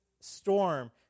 storm